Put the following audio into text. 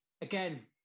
again